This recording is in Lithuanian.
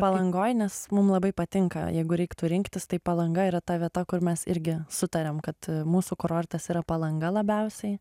palangoj nes mum labai patinka jeigu reiktų rinktis tai palanga yra ta vieta kur mes irgi sutariam kad mūsų kurortas yra palanga labiausiai